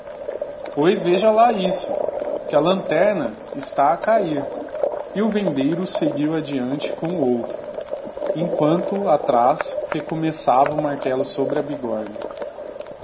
pois veja lá isso que a lanterna está a cahir digiti zedby google e o vendeiro seguiu adeante cora o outro emquanto atraz recomeçava o martello sobre a